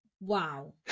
Wow